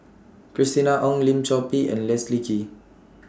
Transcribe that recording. Christina Ong Lim Chor Pee and Leslie Kee